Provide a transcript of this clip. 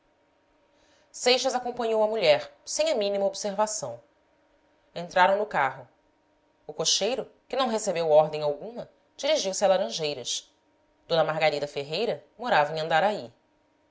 seixas acompanhou a mulher sem a mínima observação entraram no carro o cocheiro que não recebeu ordem algu ma dirigiu-se a laranjeiras d margarida ferreira morava em an daraí